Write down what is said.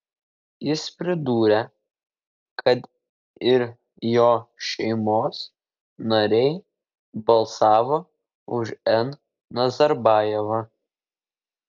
jis pridūrė kad ir jo šeimos nariai balsavo už n nazarbajevą